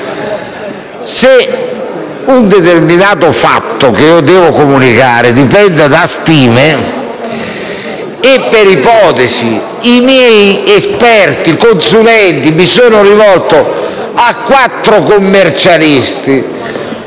che un determinato fatto, che io devo comunicare dipenda da stime e che, per ipotesi, i miei esperti e consulenti a cui mi sono rivolto siano quattro commercialisti